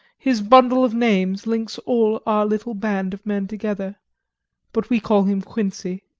his bundle of names links all our little band of men together but we call him quincey.